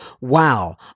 wow